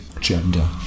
Gender